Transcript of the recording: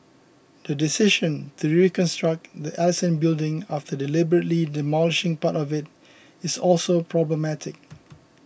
the decision to reconstruct the Ellison Building after deliberately demolishing part of it is also problematic